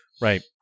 Right